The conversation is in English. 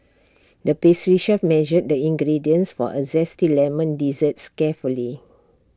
the pastry chef measured the ingredients for A Zesty Lemon Dessert carefully